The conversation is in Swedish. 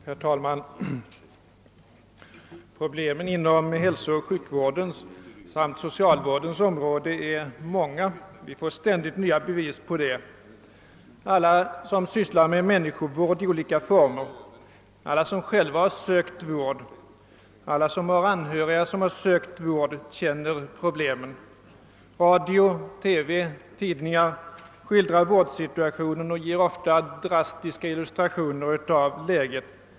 Herr talman! Problemen såväl på hälsooch sjukvårdens som på socialvårdens område är många. Vi får ständigt nya bevis på det. Alla som sysslar med människovård i olika former, alla som själva sökt vård och alla som har anhöriga som sökt vård känner problemen. Radio, TV och tidningar skildrar vårdsituationen och ger ofta drastiska illustrationer av läget.